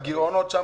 הגירעונות שם,